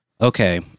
okay